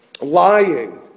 lying